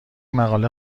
مقاله